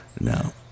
No